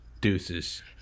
deuces